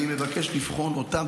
אני מבקש לבחון אותם,